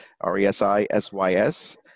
R-E-S-I-S-Y-S